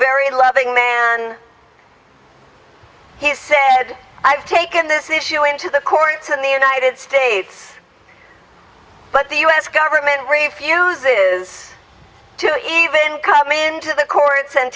very loving man and he said i've taken this issue into the courts in the united states but the u s government refuses to even come into the courts and